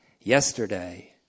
yesterday